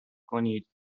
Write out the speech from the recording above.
کنید